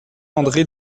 andré